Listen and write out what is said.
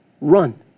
Run